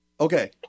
Okay